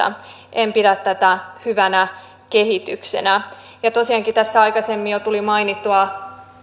en pidä tätä hyvänä kehityksenä tosiaankin tässä aikaisemmin jo tuli mainittua